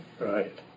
Right